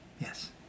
Yes